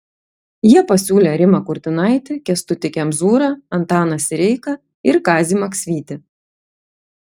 jie pasiūlė rimą kurtinaitį kęstutį kemzūrą antaną sireiką ir kazį maksvytį